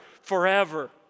forever